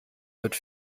wird